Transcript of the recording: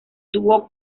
dúo